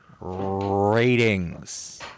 Ratings